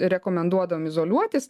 rekomenduodavom izoliuotis